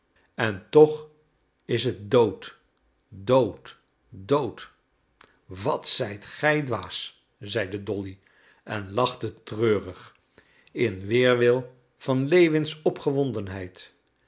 en toch is het dood dood dood wat zijt ge dwaas zeide dolly en lachte treurig in weerwil van lewins